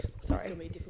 Sorry